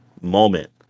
moment